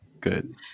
good